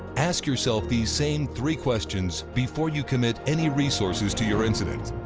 ask yourself these same three questions before you commit any resources to your incident.